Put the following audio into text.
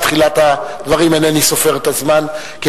בתחילת הדברים אינני סופר את הזמן כי